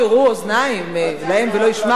אוזניים להם ולא ישמעו,